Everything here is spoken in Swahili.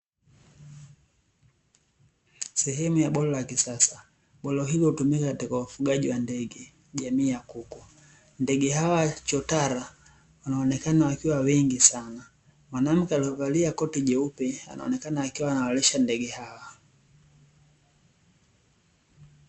Sehemu ya bwalo la kisasa. Bwalo hilo hutumika katika ufugaji wa ndege jamii ya kuku. Ndege hawa chotara wanaonekana wakiwa wengi sana. Mwanamke aliyevalia koti jeupe anaonekana akiwa anawalisha ndege hawa.